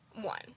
one